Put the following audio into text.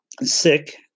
sick